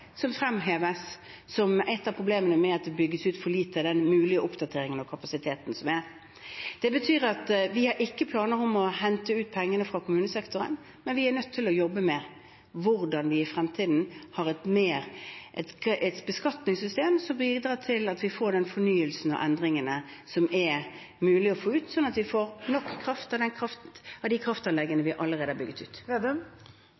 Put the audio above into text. som blir fremhevet som et av problemene med at det bygges ut for lite med den mulige oppdateringen av kapasiteten som er. Det betyr at vi ikke har planer om å hente ut pengene fra kommunesektoren, men vi er nødt til å jobbe med hvordan vi i fremtiden vil ha et beskatningssystem som bidrar til at vi får fornyelsen og endringene som er mulig å få ut, slik at vi får nok kraft ut av de kraftanleggene